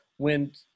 Went